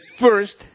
first